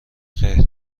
خیر